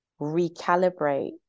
recalibrate